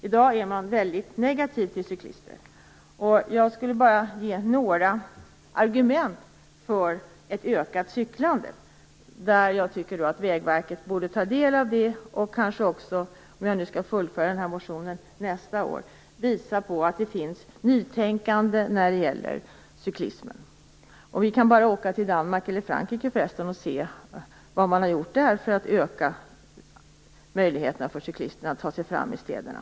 I dag är man väldigt negativ till cyklister. Jag vill bara ge några argument för ett ökat cyklande, som jag tycker att Vägverket borde ta del av. Jag kanske också följer upp min motion nästa år med att visa på det nytänkande som finns beträffande cyklismen. Vi behöver bara åka till Danmark eller Frankrike för att se vad man kan göra för att öka möjligheterna för cyklisterna att ta sig fram i städerna.